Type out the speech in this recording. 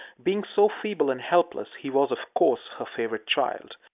being so feeble and helpless, he was, of course, her favorite child.